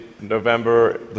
November